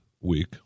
week